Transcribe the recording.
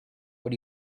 what